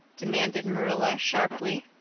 demanded marilla sharply.